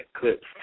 clips